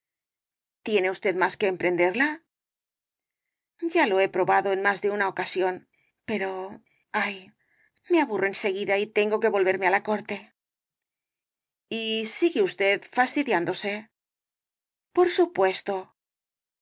tiene usted más que emprenderla ya lo he probado en más de una ocasión pero ay me aburro en seguida y tengo que volverme á la corte y sigue usted fastidiándose por supuesto